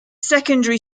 secondary